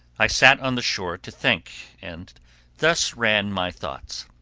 i sat on the shore to think, and thus ran my thoughts